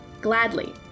Gladly